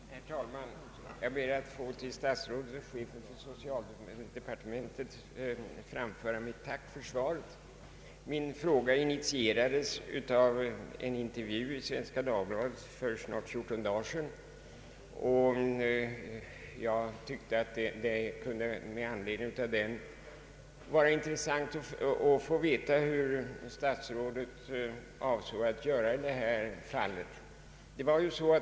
Herr talman! Jag ber att till statsrådet och chefen för socialdepartementet få framföra mitt tack för svaret. Min fråga initierades av en intervju i Svenska Dagbladet för snart 14 dagar sedan. Jag tyckte att det kunde med anledning av den intervjun vara intressant att få veta hur statsrådet avser att göra i det här fallet.